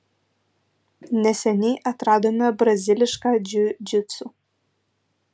neseniai atradome brazilišką džiudžitsu